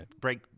break